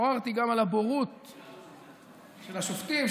עוררתי גם על הבורות של השופטים,